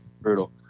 brutal